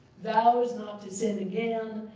vows not to sin again,